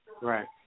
Right